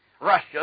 Russia